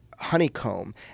honeycomb